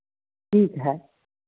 ठीक है